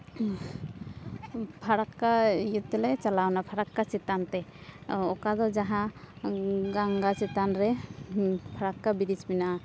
ᱯᱷᱟᱨᱟᱠᱠᱟ ᱤᱭᱟᱹ ᱛᱮᱞᱮ ᱪᱟᱞᱟᱣᱱᱟ ᱯᱷᱟᱨᱟᱠᱠᱟ ᱪᱮᱛᱟᱱ ᱛᱮ ᱚᱠᱟ ᱫᱚ ᱡᱟᱦᱟᱸ ᱜᱚᱝᱜᱟ ᱪᱮᱛᱟᱱ ᱨᱮ ᱯᱷᱟᱨᱟᱠᱠᱟ ᱵᱤᱨᱤᱡᱽ ᱢᱮᱱᱟᱜᱼᱟ